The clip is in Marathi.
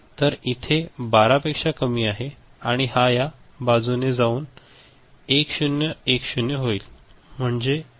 तर इथे हे 12 पेक्षा कमी आहे आणि हा या बाजूने जाऊन 1010 होईल